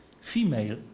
Female